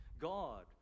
God